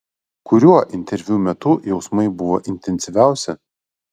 kuriuo interviu metu jausmai buvo intensyviausi